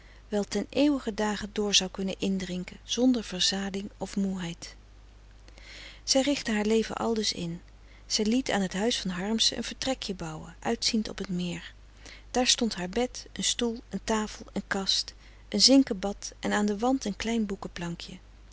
wel ten eeuwigen dage dr zou kunnen in drinken zonder verzading of moeheid zij richtte haar leven aldus in zij liet aan t huis van harmsen een vertrekje bouwen uitziend op t meer daar stond haar bed een stoel een tafel een kast een zinken bad en aan den wand een klein